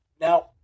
Now